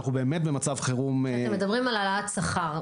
ואנחנו באמת במצב חירום --- אתם מדברים על העלאת שכר.